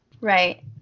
right